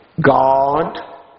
God